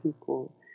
people